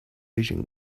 vision